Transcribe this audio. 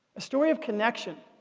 a story of connection,